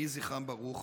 יהי זכרם ברוך.